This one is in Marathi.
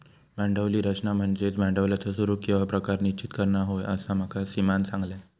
भांडवली रचना म्हनज्ये भांडवलाचा स्वरूप किंवा प्रकार निश्चित करना होय, असा माका सीमानं सांगल्यान